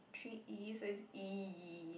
three E so it's E